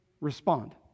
respond